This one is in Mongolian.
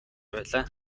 байлаа